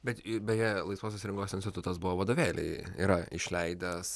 bet beje laisvosios rinkos institutas buvo vadovėliai yra išleidęs